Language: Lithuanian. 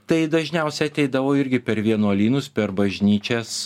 tai dažniausiai ateidavo irgi per vienuolynus per bažnyčias